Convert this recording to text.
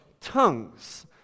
tongues